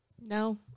No